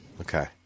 Okay